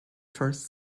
first